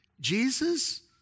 Jesus